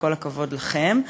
וכל הכבוד לכם.